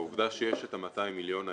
העובדה שיש את ה-200 מיליון האלה,